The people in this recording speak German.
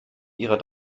ihrer